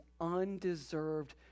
undeserved